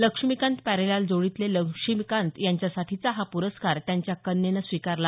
लक्ष्मिकांत प्यारेलाल जोडीतले लक्ष्मीकांत यांच्यासाठीचा हा प्रस्कार त्यांच्या कन्येनं स्वीकारला